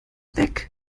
weg